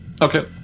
Okay